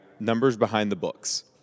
NumbersBehindTheBooks